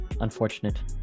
unfortunate